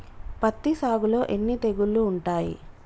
పత్తి సాగులో ఎన్ని తెగుళ్లు ఉంటాయి?